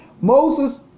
Moses